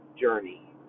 journey